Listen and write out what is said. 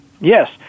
Yes